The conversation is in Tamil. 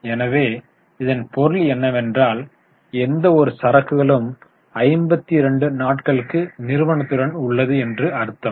எனவே இதன் பொருள் என்னவென்றால் எந்த ஒரு சரக்குகளும் 52 நாட்களுக்கு நிறுவனத்துடன் உள்ளது என்று அர்த்தம்